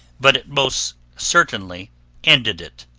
but it most certainly ended it,